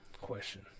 question